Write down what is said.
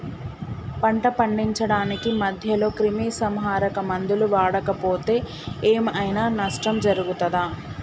పంట పండించడానికి మధ్యలో క్రిమిసంహరక మందులు వాడకపోతే ఏం ఐనా నష్టం జరుగుతదా?